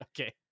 Okay